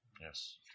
Yes